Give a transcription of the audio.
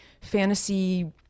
fantasy